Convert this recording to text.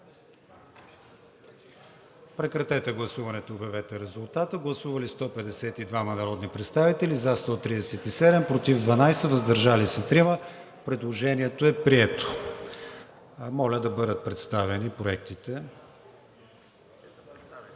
преномерират съответно от 10 до 18. Гласували 152 народни представители: за 137, против 12, въздържали се 3. Предложението е прието. Моля да бъдат представени проектите.